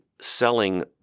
selling